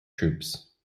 troops